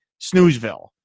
Snoozeville